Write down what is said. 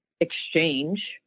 exchange